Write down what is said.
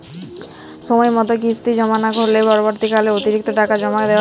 সময় মতো কিস্তি জমা না হলে পরবর্তীকালে অতিরিক্ত টাকা জমা দেওয়া য়ায় কি?